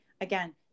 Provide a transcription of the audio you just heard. Again